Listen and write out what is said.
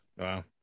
Wow